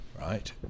right